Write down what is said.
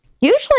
usually